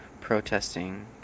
protesting